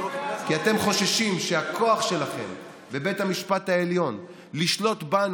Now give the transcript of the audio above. כי אתם חוששים שהכוח שלכם בבית המשפט העליון לשלוט בנו,